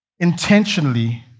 Intentionally